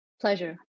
Pleasure